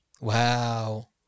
Wow